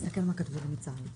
תסתכל מה כתבו בצה"ל.